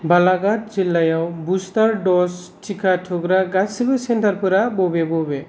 बालाघात जिल्लायाव बुस्टार दज टिका थुग्रा गासिबो सेन्टारफोरा बबे बबे